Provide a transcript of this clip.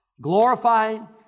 glorifying